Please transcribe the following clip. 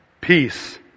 peace